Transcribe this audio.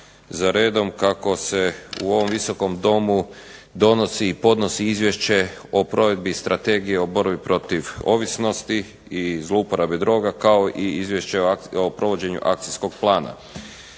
za redom kako se u ovom Visokom domu donosi i podnosi izvješće o provedbi Strategije o borbi protiv ovisnosti i zlouporabe droga, kao i izvješće o provođenju Akcijskog plana.